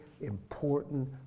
important